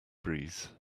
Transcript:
breeze